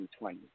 2020